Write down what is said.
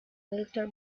later